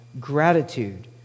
gratitude